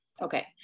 Okay